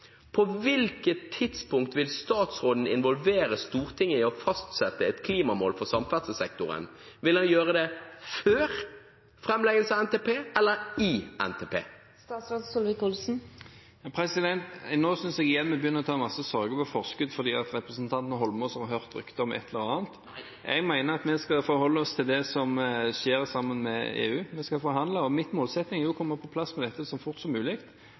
På hvilket tidspunkt vil statsråden involvere Stortinget i å fastsette et klimamål for samferdselssektoren? Vil han gjøre det før framleggelsen av NTP eller i NTP? Nå synes jeg igjen vi begynner å ta masse sorger på forskudd, fordi representanten Eidsvoll Holmås har hørt rykter om et eller annet. Jeg mener vi skal forholde oss til det som skjer, sammen med EU. Vi skal forhandle, og min målsetting er å komme på plass med dette så fort som mulig.